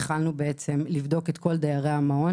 התחלנו לבדוק את כל דיירי המעון.